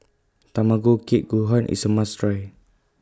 Tamago Kake Gohan IS A must Try